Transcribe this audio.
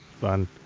fun